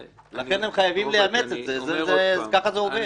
לכן הם חייבים לאמץ את זה, ככה זה עובד.